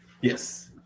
Yes